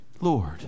Lord